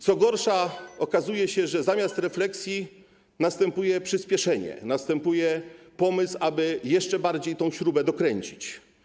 Co gorsza, okazuje się, że zamiast refleksji następuje przyspieszenie, następuje pomysł, aby jeszcze bardziej tę śrubę dokręcić.